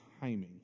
timing